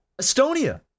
estonia